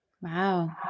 Wow